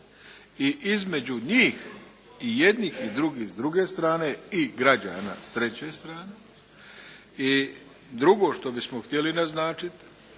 i između njih, i jednih i drugih s druge strane i građana s treće strane. I drugo što bismo htjeli naznačiti